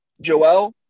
Joel